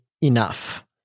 enough